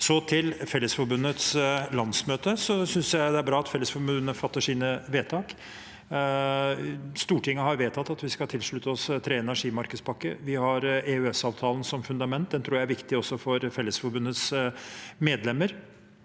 Fellesforbundets landsmøte: Jeg synes det er bra at Fellesforbundet fatter sine vedtak. Stortinget har vedtatt at vi skal tilslutte oss tredje energimarkedspakke. Vi har EØS-avtalen som fundament. Den tror jeg er viktig også for Fellesforbundets medlemmer.